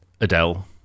Adele